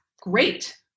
great